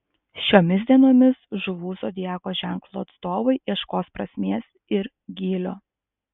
šiomis dienomis žuvų zodiako ženklo atstovai ieškos prasmės ir gylio